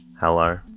Hello